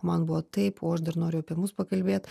man buvo taip o aš dar noriu apie mus pakalbėt